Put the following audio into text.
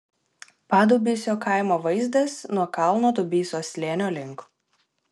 padubysio kaimo vaizdas nuo kalno dubysos slėnio link